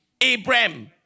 Abraham